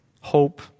hope